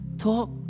Talk